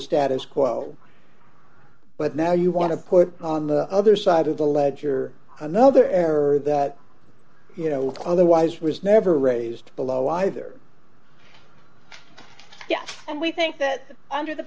status quo but now you want to put on the other side of the ledger another error that you know otherwise was never raised below either and we think that under the